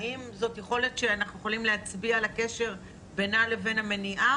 האם זאת יכולת שאנחנו יכולים להצביע על הקשר בינה לבין המניעה,